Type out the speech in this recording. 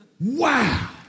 Wow